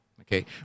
okay